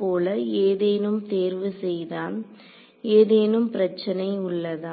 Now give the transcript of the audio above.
போல ஏதேனும் தேர்வு செய்தால் ஏதேனும் பிரச்சனை உள்ளதா